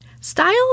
Style